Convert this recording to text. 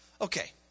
Okay